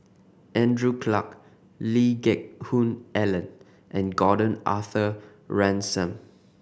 Andrew Clarke Lee Geck Hoon Ellen and Gordon Arthur Ransome